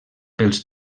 pels